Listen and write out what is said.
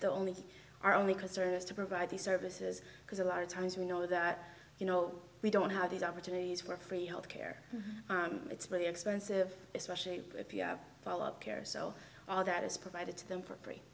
the only our only concern is to provide these services because a lot of times we know that you know we don't have these opportunities for free healthcare it's really expensive especially if you have follow up care so all that is provided to them for free